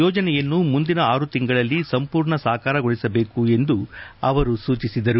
ಯೋಜನೆಯನ್ನು ಮುಂದಿನ ಆರು ತಿಂಗಳಲ್ಲಿ ಸಂಪೂರ್ಣ ಸಾಕಾರಗೊಳಿಸಬೇಕು ಎಂದು ಅವರು ಸೂಚಿಸಿದರು